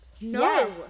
No